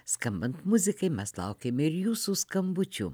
skambant muzikai mes laukėme ir jūsų skambučių